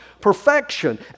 perfection